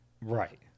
Right